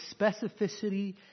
specificity